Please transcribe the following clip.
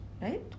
right